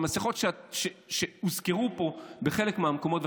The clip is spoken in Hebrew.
המסכות שהוזכרו פה בחלק מהמקומות,